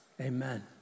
Amen